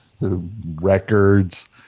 records